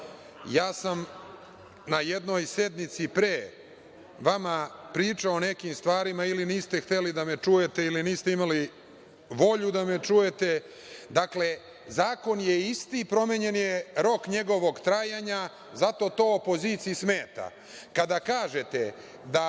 Ja sam na jednoj sednici pre vama pričao o nekim stvarima, ili niste hteli da me čujete ili niste imali volju da me čujete. Dakle, zakon je isti. Promenjen je rok njegovog trajanja. Zato to opoziciji smeta. Kada kažete da